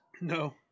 No